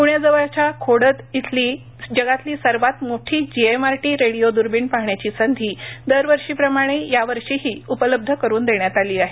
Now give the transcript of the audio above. पुण्याजवळच्या खोडद इथली जगातील सर्वात मोठी जीएमआरटी रेडिओ दूर्बीण पाहण्याची संधी दरवर्षीप्रमाणे यावर्षीही उपलब्ध करून देण्यात आली आहे